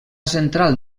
central